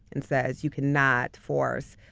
and says you cannot force